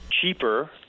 cheaper